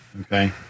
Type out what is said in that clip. Okay